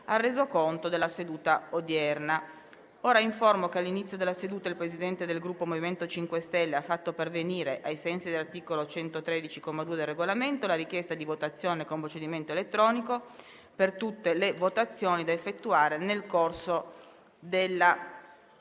apre una nuova finestra"). Informo l'Assemblea che all'inizio della seduta il Presidente del Gruppo MoVimento 5 Stelle ha fatto pervenire, ai sensi dell'articolo 113, comma 2, del Regolamento, la richiesta di votazione con procedimento elettronico per tutte le votazioni da effettuare nel corso della seduta.